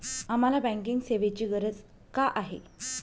आम्हाला बँकिंग सेवेची गरज का आहे?